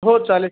हो चालेल